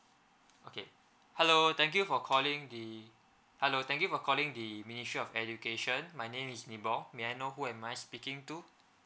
okay hello thank you for calling the hello thank you for calling the ministry of education my name is nibong may I know who am I speaking to